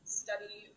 study